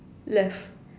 left